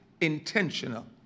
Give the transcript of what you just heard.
intentional